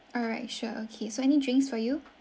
alright sure okay so any drinks for you